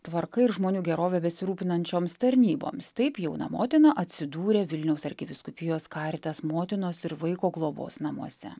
tvarka ir žmonių gerove besirūpinančioms tarnyboms taip jauna motina atsidūrė vilniaus arkivyskupijos karitas motinos ir vaiko globos namuose